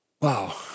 Wow